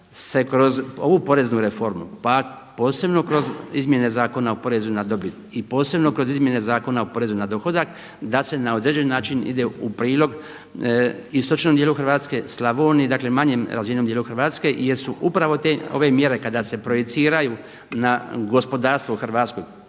se kroz ovu poreznu reformu pa posebno kroz izmjene Zakona o porezu na dobit i posebno kroz izmjene Zakona o porezu na dohodak da se na određeni način ide u prilog istočnom dijelu Hrvatske, Slavoniji dakle manje razvijenom dijelu Hrvatske jer su upravo ove mjere kada se projiciraju na gospodarstvo u Hrvatskoj